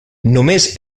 només